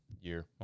year